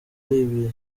iri